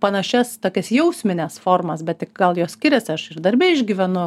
panašias tokias jausmines formas bet tik gal jos skiriasi aš ir darbe išgyvenu